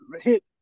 hit